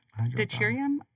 Deuterium